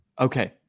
Okay